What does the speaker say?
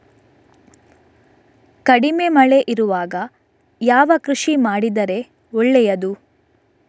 ಕಡಿಮೆ ಮಳೆ ಇರುವಾಗ ಯಾವ ಕೃಷಿ ಮಾಡಿದರೆ ಒಳ್ಳೆಯದು?